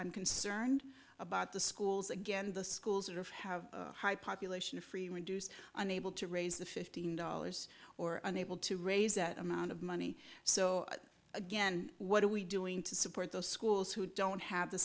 i'm concerned about the schools again the schools are of have high population of free reduced unable to raise the fifteen dollars or unable to raise that amount of money so again what are we doing to support those schools who don't have the